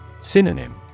Synonym